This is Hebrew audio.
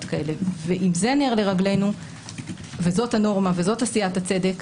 כאלה; ואם זה נר לרגלינו וזאת הנורמה וזאת עשיית הצדק,